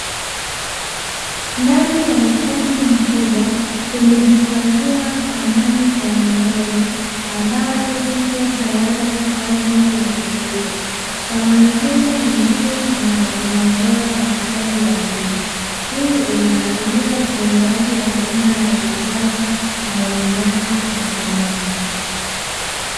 Ndani ya ukumbi mkubwa kumehifadhiwa samani mbalimbali ambazo zipo tayari kwa ajili ya kuuzwa. Samani hizo ni nzuri na zina ubora wa hali ya juu, hii inaashiria utolewaji wa huduma ya uuzaji na ununuaji wa samani.